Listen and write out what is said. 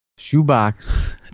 shoebox